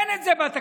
אין את זה בתקציב.